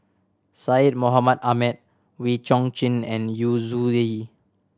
Syed Mohamed Ahmed Wee Chong Jin and Yu Zhuye